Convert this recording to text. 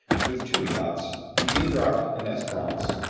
with two yachts, the eendracht and esperance,